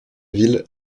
ville